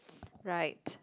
right